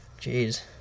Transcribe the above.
Jeez